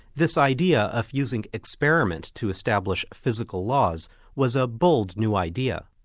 this idea of using experiment to establish physical laws was a bold new idea.